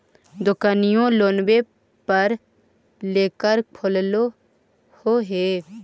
दोकनिओ लोनवे पर लेकर खोललहो हे?